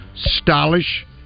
stylish